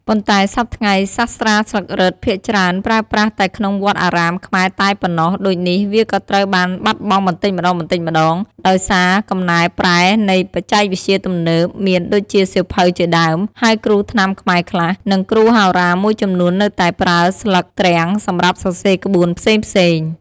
ប៉ុន្តែសព្វថ្ងៃសាស្រ្តាស្លឹករឹតភាគច្រើនប្រើប្រាស់តែក្នុងវត្តអារាមខ្មែរតែប៉ុណ្ណោះ ដូចនេះ វាក៏ត្រូវបានបាត់បង់បន្តិចម្តងៗ ដោយសារកំណែប្រែនៃបច្ចេកវិទ្យាទំនើប មាន ដូចជាសៀវភៅជាដើម ហើយគ្រូថ្នាំខ្មែរខ្លះ និងគ្រូហោរាមួយចំនួននៅតែប្រើស្លឹកទ្រាំងសម្រាប់សរសេរក្បួនផ្សេងៗ។